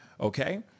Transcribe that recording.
Okay